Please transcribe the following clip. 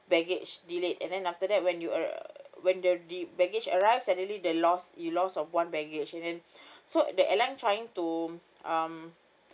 baggage delayed and then after that when you uh when the de~ baggage arrives suddenly the lost you lost of one baggage and then so the airline trying to um